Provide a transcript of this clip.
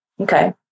Okay